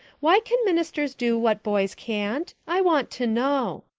why can ministers do what boys can't? i want to know.